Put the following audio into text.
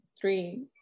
three